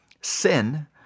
sin